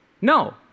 No